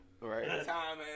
Right